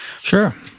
Sure